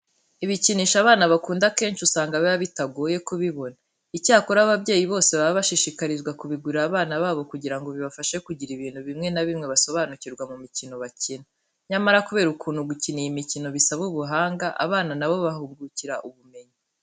Ibikinisho abana bakunda akenshi usanga biba bitagoye kubibona. Icyakora ababyeyi bose baba bashishikarizwa kubigurira abana babo kugira ngo bibafashe kugira ibintu bimwe na bimwe basobanukirwa ku mikino bakina. Nyamara kubera ukuntu gukina iyi mikino bisaba ubuhanga, abana na bo bahungukira ubumenyi.